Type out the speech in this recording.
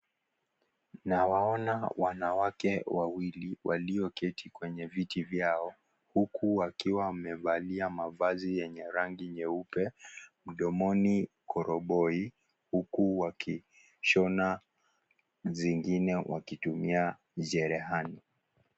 Nawaona wanawake wawili walio keti kwenye viti vyao, huku wakiwa wamevalia mavazi ya rangi nyeupe, mdomoni koroboi huku wakishona zingine wakitumia cherehani.